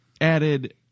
added